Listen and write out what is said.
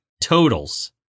totals